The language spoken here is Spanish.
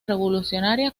revolucionaria